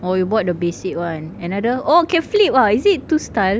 oh you bought the basic one another oh can flip ah is it two style